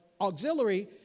auxiliary